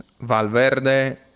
Valverde